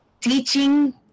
Teaching